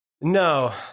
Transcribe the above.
No